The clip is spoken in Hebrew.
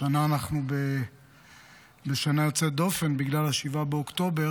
השנה אנחנו בשנה יוצאת דופן בגלל 7 באוקטובר,